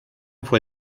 fue